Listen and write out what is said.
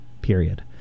period